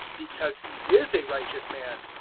because he is a righteous man,